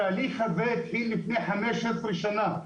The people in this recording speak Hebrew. התהליך הזה הוא מלפני חמש עשרה שנה.